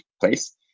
place